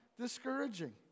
discouraging